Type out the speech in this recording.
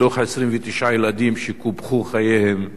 מתוך 29 ילדים שקופחו חייהם,